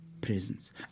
presence